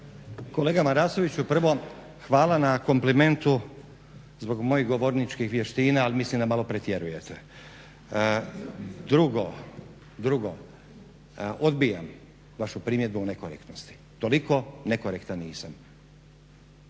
Kolega Marasoviću, prvo hvala na komplimentu zbog mojih govorničkih vještina ali mislim da malo pretjerujete. Drugo, odbijam vašu primjedbu o nekorektnosti, toliko nekorektan nisam.